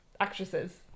actresses